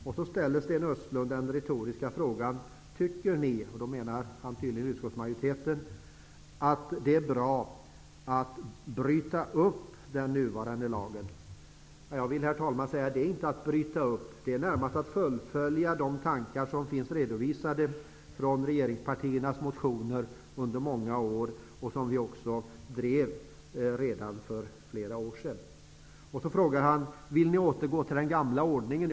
Sten Östlund ställer den retoriska frågan: Tycker ni -- och då menar han tydligen utskottsmajoriteten -- att det är bra att bryta upp den nuvarande lagen? Jag vill säga, herr talman, att det inte är att bryta upp lagen. Det är närmast att fullfölja de tankar som finns redovisade i regeringspartiernas motioner under många år. Sten Östlund frågar också: Vill ni återgå till den gamla ordningen?